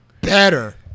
better